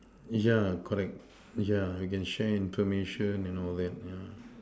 yeah correct yeah we can share information and all that yeah